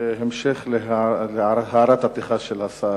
בהמשך להערת הפתיחה של השר,